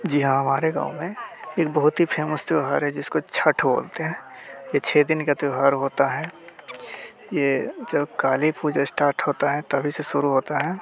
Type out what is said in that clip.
जी हाँ हमारे गाँव में एक बहुत ही फेमस त्यौहार है जिसको छठ बोलते हैं ये छः दिन का त्यौहार होता है ये जब काली पूजा स्टार्ट होता है तभी से शुरू होता है